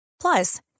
Plus